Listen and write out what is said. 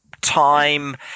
Time